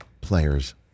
players